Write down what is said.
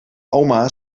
oma